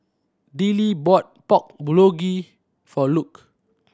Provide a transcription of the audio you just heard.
Dillie bought Pork Bulgogi for Luke